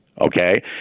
Okay